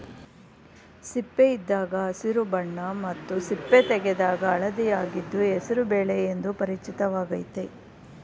ಸಿಪ್ಪೆಯಿದ್ದಾಗ ಹಸಿರು ಬಣ್ಣ ಮತ್ತು ಸಿಪ್ಪೆ ತೆಗೆದಾಗ ಹಳದಿಯಾಗಿದ್ದು ಹೆಸರು ಬೇಳೆ ಎಂದು ಪರಿಚಿತವಾಗಯ್ತೆ